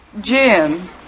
Jim